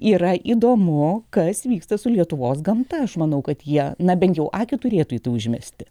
yra įdomu kas vyksta su lietuvos gamta aš manau kad jie na bent jau akį turėtų į užmiestį